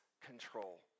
control